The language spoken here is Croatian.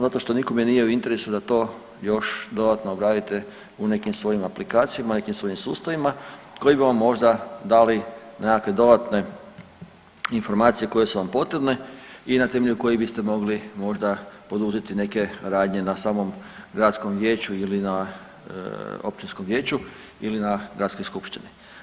Zato što nikome nije u interesu da to još dodatno obradite u nekim svojim aplikacijama, nekim svojim sustavima koji bi vam možda dali nekakve dodatne informacije koje su vam potrebne i na temelju kojih biste mogli možda poduzeti neke radnje na samom gradskom vijeću ili na općinskom vijeću ili na gradskoj skupštini.